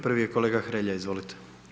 Prvi je kolega Hrelja, izvolite.